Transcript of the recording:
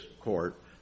court